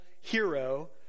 hero